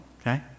okay